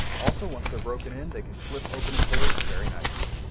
also once they're broken in they can flip open and closed very nicely